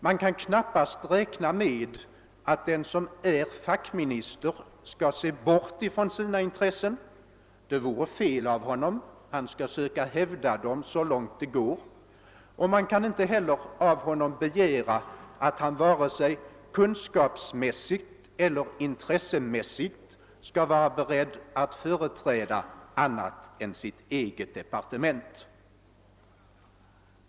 Man kan knappast räkna med att en fackminister skall se bort från sina intressen — det vore fel av honom. Han skall söka hävda dem så långt det går. Man kan inte heller av honom begära att han vare sig kunskapseller intressemässigt skall vara beredd att företräda annat än sitt eget departement.